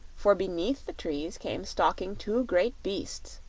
for beneath the trees came stalking two great beasts,